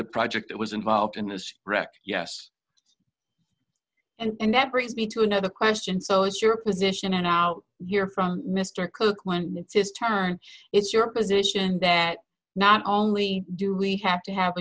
a project that was involved in this wreck yes and that brings me to another question so it's your position and out here from mr coke when it does turn it's your position that not only do we have to have a